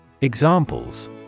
Examples